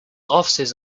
offices